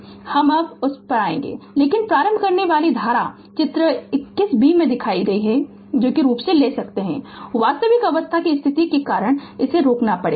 हम अब उस पर आयेगे जबकि प्रारंभ करनेवाला धारा चित्र 21 b में दिखाया गया रूप नहीं ले सकता है वास्तविक अवस्था की की स्थिति के कारन इसे रोकना पड़ेगा